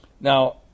Now